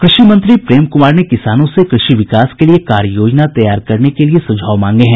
कृषि मंत्री प्रेम कुमार ने किसानों से कृषि विकास के लिए कार्ययोजना तैयार करने के लिए सुझाव मांगे हैं